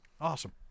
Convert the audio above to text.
Awesome